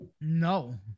No